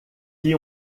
qui